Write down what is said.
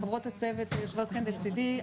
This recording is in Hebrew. חברות הצוות שיושבות כאן לצדי,